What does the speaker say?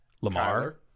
Lamar